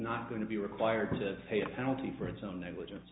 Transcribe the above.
not going to be required to pay a penalty for its own negligence